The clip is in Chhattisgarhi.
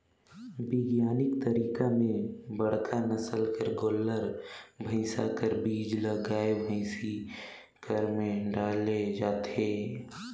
बिग्यानिक तरीका में बड़का नसल कर गोल्लर, भइसा कर बीज ल गाय, भइसी कर में डाले जाथे